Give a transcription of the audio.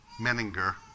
Menninger